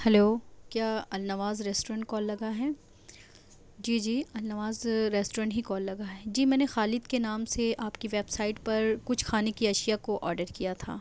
hello کیا Alnawaz restaurant call لگا ہے جی جی النواز ریسٹورنٹ ہی کال لگا ہے جی میں نے خالد کے نام سے آپ کی ویب سائٹ پر کچھ کھانے کی اشیا کو آڈر کیا تھا